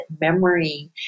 memory